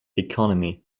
economy